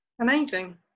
amazing